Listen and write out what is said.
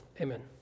Amen